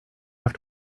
have